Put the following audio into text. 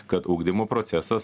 kad ugdymo procesas